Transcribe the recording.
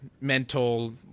mental